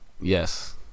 yes